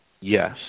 Yes